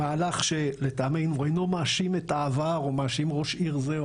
מהלך שלטעמנו אינו מאשים את העבר או מאשים ראש עיר כזה או